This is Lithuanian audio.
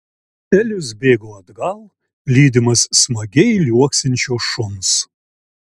elis bėgo atgal lydimas smagiai liuoksinčio šuns